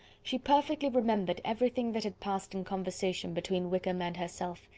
she perfectly remembered everything that had passed in conversation between wickham and herself,